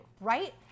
Right